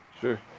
sure